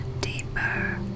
deeper